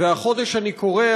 והחודש אני קורא,